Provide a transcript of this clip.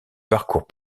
parcours